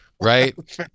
Right